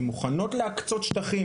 שמוכנות להקצות שטחים,